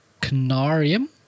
Canarium